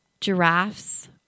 giraffes